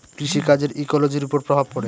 কৃষি কাজের ইকোলোজির ওপর প্রভাব পড়ে